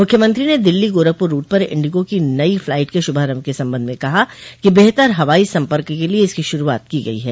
मुख्यमंत्रो ने दिल्ली गोरखपुर रूट पर इंडिको की नई फ्लाईट क शुभारम्भ के संबंध में कहा कि बेहतर हवाई सम्पर्क के लिए इसकी शुरूआत की गई है